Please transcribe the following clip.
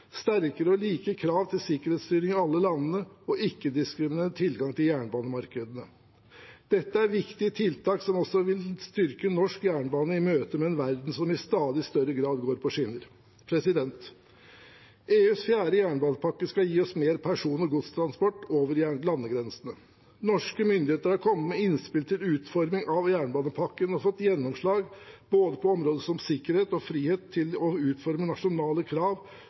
sterkere og like krav til sikkerhetsstyring i alle landene og ikke-diskriminerende tilgang til jernbanemarkedene. Dette er viktige tiltak som også vil styrke norsk jernbane i møte med en verden som i stadig større grad går på skinner. EUs fjerde jernbanepakke skal gi oss mer person- og godstransport over landegrensene. Norske myndigheter har kommet med innspill til utformingen av jernbanepakken og fått gjennomslag på områder som både sikkerhet og frihet til å utforme nasjonale krav